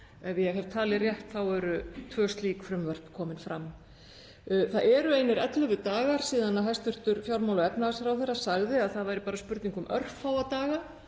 Ef ég hef talið rétt eru tvö slík frumvörp komin fram. Það eru einir 11 dagar síðan hæstv. fjármála- og efnahagsráðherra sagði að það væri bara spurning um örfáa daga